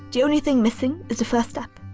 the only thing missing is the first step.